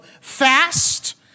fast